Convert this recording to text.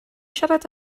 siarad